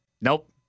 Nope